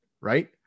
Right